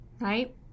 right